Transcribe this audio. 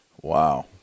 Wow